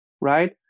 right